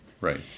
Right